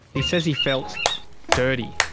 he says he felt dirty.